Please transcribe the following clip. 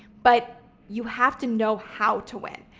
but you have to know how to win.